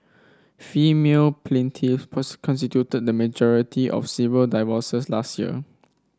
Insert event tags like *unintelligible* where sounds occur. female plaintiff *unintelligible* constituted the majority of civil divorces last year